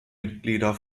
mitglieder